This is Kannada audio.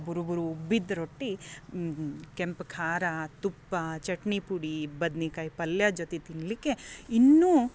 ಬುರು ಬುರು ಉಬ್ಬಿದ ರೊಟ್ಟಿ ಕೆಂಪು ಖಾರ ತುಪ್ಪ ಚಟ್ನಿಪುಡಿ ಬದ್ನೆಕಾಯಿ ಪಲ್ಯ ಜೊತೆ ತಿನ್ನಲಿಕ್ಕೆ ಇನ್ನೂ